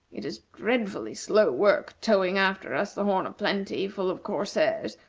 it is dreadfully slow work, towing after us the horn o plenty full of corsairs,